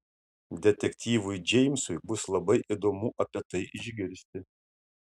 detektyvui džeimsui bus labai įdomu apie tai išgirsti